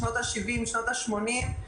בשנות השבעים ושנות השמונים.